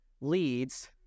leads